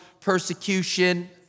persecution